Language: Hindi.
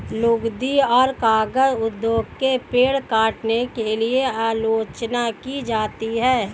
लुगदी और कागज उद्योग की पेड़ काटने के लिए आलोचना की जाती है